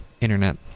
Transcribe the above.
Internet